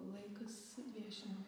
laikas viešint